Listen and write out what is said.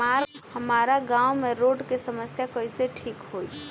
हमारा गाँव मे रोड के समस्या कइसे ठीक होई?